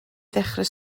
ddechrau